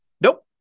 Nope